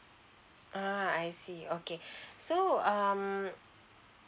ah I see okay so um